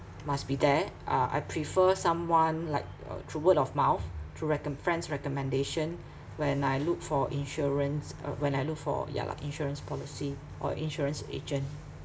must be there uh I prefer someone like uh through word of mouth through recom~ friend's recommendation when I look for insurance uh when I look for ya lah insurance policy or insurance agent